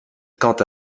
quant